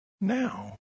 now